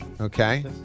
Okay